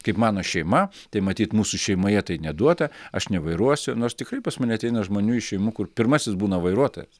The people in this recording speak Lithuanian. kaip mano šeima tai matyt mūsų šeimoje tai neduota aš nevairuosiu nors tikrai pas mane ateina žmonių iš šeimų kur pirmasis būna vairuotojas